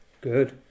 Good